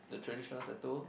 the traditional tattoo